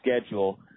schedule